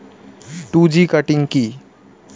Two G cutting কি?